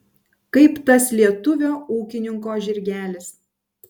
kaip tas lietuvio ūkininko žirgelis